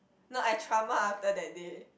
no I trauma after that day